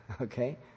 Okay